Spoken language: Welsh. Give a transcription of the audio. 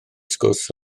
sgwrs